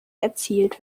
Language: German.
erzielt